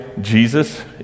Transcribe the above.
Jesus